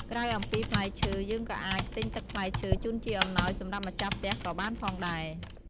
ក្រៅអំពីផ្លែឈើយើងក៏អាចទិញទឹកផ្លែឈើជូនជាអំណោយសម្រាប់ម្ចាស់ផ្ទះក៏បានផងដែរ។